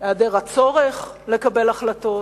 היעדר הצורך לקבל החלטות.